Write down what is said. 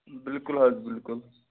بالکل حظ بالکل